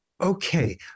Okay